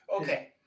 okay